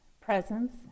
presence